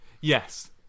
Yes